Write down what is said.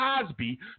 Cosby